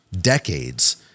decades